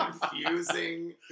confusing